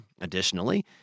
Additionally